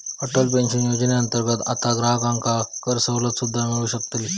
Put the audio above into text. Atal pension योजनेअंतर्गत आता ग्राहकांका करसवलत सुद्दा मिळू शकतली